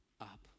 up